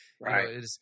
Right